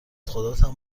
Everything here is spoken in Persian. خداتم